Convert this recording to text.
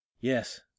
Yes